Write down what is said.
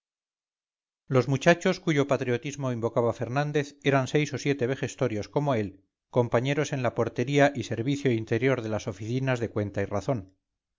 los muchachos cuyo patriotismo invocabafernández eran seis o siete vejestorios como él compañeros en la portería y servicio interior de las oficinas de cuenta y razón